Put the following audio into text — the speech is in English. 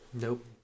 Nope